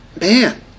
Man